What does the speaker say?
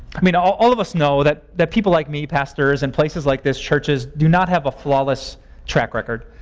i mean, all all of us know that that people like me pastors and places like this churches do not have a flawless track record.